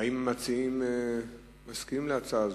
האם המציעים מסכימים להצעה הזאת?